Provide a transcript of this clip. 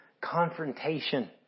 confrontation